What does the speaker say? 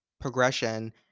progression